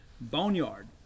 Boneyard